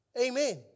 Amen